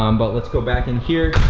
um but let's go back in here,